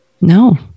No